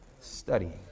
studying